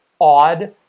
odd